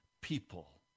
people